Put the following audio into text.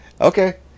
Okay